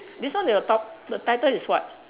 this one your top~ the title is what